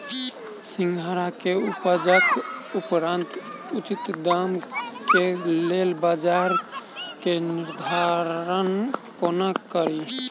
सिंघाड़ा केँ उपजक उपरांत उचित दाम केँ लेल बजार केँ निर्धारण कोना कड़ी?